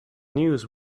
news